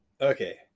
Okay